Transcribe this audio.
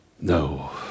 No